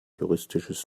juristisches